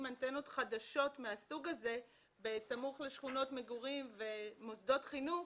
אנטנות חדשות מן הסוג הזה בסמוך לשכונות מגורים ומוסדות חינוך,